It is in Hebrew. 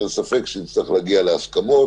אין ספק שנצטרך להגיע להסכמות,